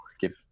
give